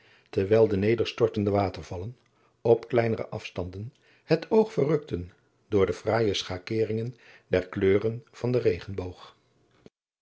terwijl de nederstortende watervallen op kleinere afstanden het oog verrukten door de fraaije schakeringen der kleuren van den regenboog